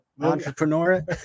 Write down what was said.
entrepreneur